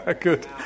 Good